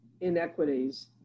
inequities